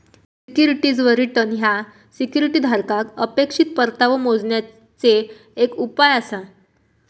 सिक्युरिटीवर रिटर्न ह्या सिक्युरिटी धारकाक अपेक्षित परतावो मोजण्याचे एक उपाय आसा